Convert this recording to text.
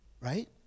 right